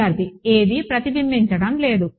విద్యార్థి ఏదీ ప్రతిబింబించడం లేదు